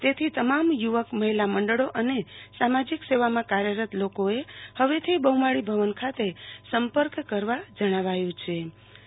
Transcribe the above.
તેથી તમામ યુ વક઼મહિલાઓ અને સામજીક સેવામાં કાર્યરત લોકોએ હવેથી બહુમાળી ભવન ખાતે સંપર્ક કરવા જણાવાયુ છે આરતી ભદ્દ એસ